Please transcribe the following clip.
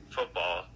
Football